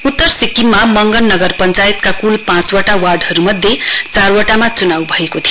उत्तर सिक्किममा मंगन नगर पञ्चायतका कूल पाँचवटा वार्डहरूमध्ये चारवटा चुनाउ भएको थियो